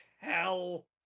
hell